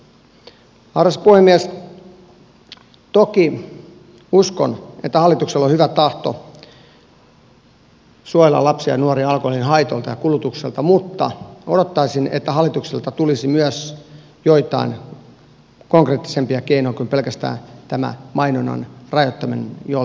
toki uskon että hallituksella on hyvä tahto suojella lapsia ja nuoria alkoholin haitoilta ja kulutukselta mutta odottaisin että hallitukselta tulisi myös joitain konkreettisempia keinoja kuin pelkästään tämä mainonnan rajoittaminen joiltain osin